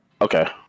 Okay